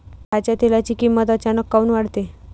खाच्या तेलाची किमत अचानक काऊन वाढते?